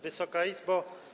Wysoka Izbo!